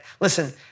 listen